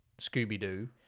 Scooby-Doo